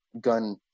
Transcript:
gun